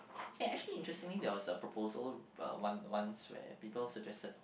eh actually interestingly there was a proposal one once where people suggested